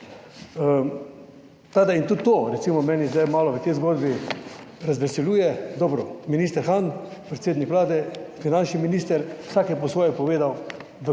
da, in tudi to, recimo mene zdaj malo v tej zgodbi razveseljuje. Dobro, minister Han, predsednik Vlade, finančni minister, vsak je po svoje povedal,